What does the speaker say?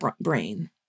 brain